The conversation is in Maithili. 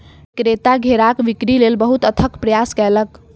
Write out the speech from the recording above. विक्रेता घेराक बिक्री लेल बहुत अथक प्रयास कयलक